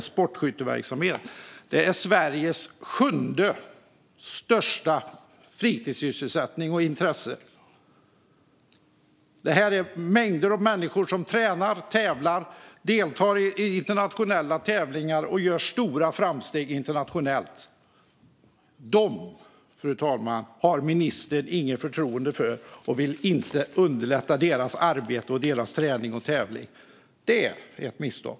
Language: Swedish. Sportskytte är Sveriges sjunde största fritidssysselsättning och intresse. Det är mängder av människor som tränar, tävlar och deltar i internationella tävlingar och gör stora framsteg. Dem har ministern inget förtroende för. Han vill inte underlätta deras arbete, träning och tävling. Det är ett misstag.